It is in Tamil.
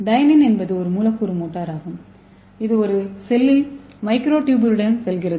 டைனீன் என்பது ஒரு மூலக்கூறு மோட்டார் ஆகும் இது ஒரு செல்லில் மைக்ரோடூபூலுடன் செல்கிறது